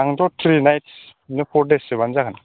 आंथ' three ninths ओमफ्राय फर देस सोबानो जागोन